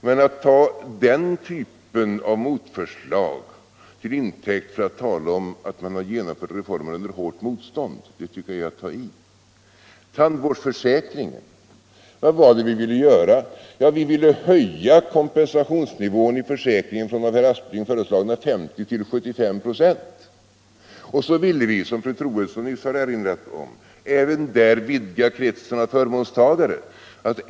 Men att ta den typen av motförslag till intäkt för att tala om att han genomfört reformer under hårt motstånd är nog att använda väl kraftiga ord. Vad ville vi göra med tandvårdsförsäkringen? Jo, vi ville höja kompensationsnivån i försäkringen från av herr Aspling föreslagna 50 ” till 75 5. Dessutom ville vi, som fru Troedsson nyss erinrade om, även där vidga kretsen av förmånstagare.